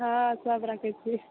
हँ सब रंग के छै